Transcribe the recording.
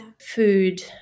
Food